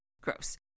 Gross